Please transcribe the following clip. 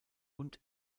und